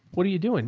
what are you doing?